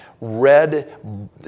Red